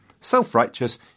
Self-righteous